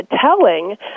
telling